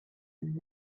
and